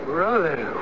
Brother